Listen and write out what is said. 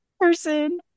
person